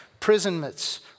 prisonments